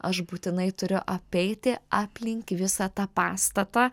aš būtinai turiu apeiti aplink visą tą pastatą